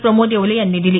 प्रमोद येवले यांनी दिली